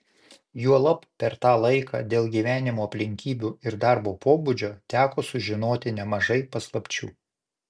juolab per tą laiką dėl gyvenimo aplinkybių ir darbo pobūdžio teko sužinoti nemažai paslapčių